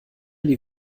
die